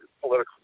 political